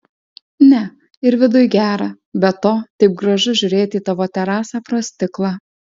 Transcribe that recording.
ne ir viduj gera be to taip gražu žiūrėti į tavo terasą pro stiklą